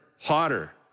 hotter